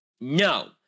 No